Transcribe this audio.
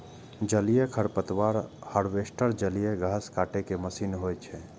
जलीय खरपतवार हार्वेस्टर जलीय घास काटै के मशीन होइ छै